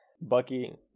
Bucky